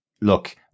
look